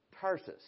Tarsus